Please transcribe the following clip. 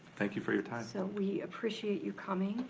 thank you for your time. so we appreciate you coming.